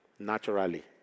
Naturally